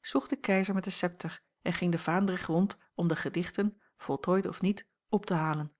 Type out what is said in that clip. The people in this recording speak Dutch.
sloeg de keizer met den septer en ging de vaandrig rond om de gedichten voltooid of niet op te halen